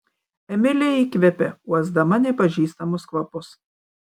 emilė įkvėpė uosdama nepažįstamus kvapus